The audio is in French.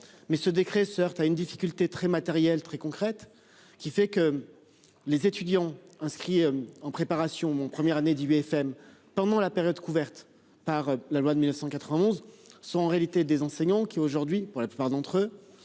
Mais ce décret soeur tu as une difficulté très matérielles très concrètes qui fait que. Les étudiants inscrits. En préparation mon première année d'IUFM pendant la période couverte par la loi de 1991 sont en réalité des enseignants qui aujourd'hui pour la plupart d'entre eux